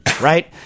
right